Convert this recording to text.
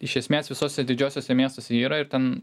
iš esmės visuose didžiuosiuose miestuose yra ir ten